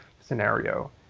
scenario